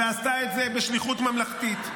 ועשתה את זה בשליחות ממלכתית.